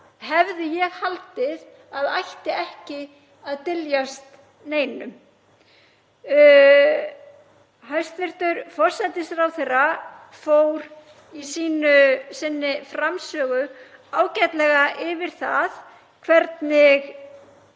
hefði ég haldið að ætti ekki að dyljast neinum. Hæstv. forsætisráðherra fór í sinni framsögu ágætlega yfir það hvernig